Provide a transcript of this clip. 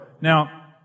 Now